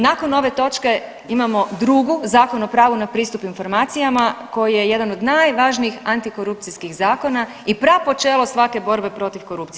Nakon ove točke imamo drugu Zakon o pravu na pristup informacijama koji je jedan od najvažnijih antikorupcijskih zakona i prapočelo svake borbe protiv korupcije.